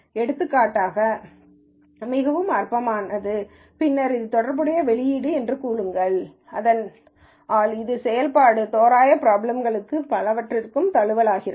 எடுத்துக்காட்டாக மிகவும் அற்பமானது பின்னர் இது தொடர்புடைய வெளியீடு என்று கூறுங்கள் இதனால் இது செயல்பாட்டு தோராய பிராப்ளம்களுக்கும் பலவற்றிற்கும் தழுவலாகிறது